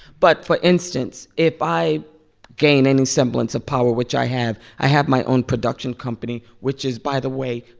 but for instance, if i gain any semblance of power, which i have. i have my own production company, which is, by the way,